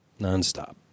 Nonstop